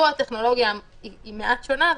פה הטכנולוגיה מעט שונה,